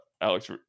Alex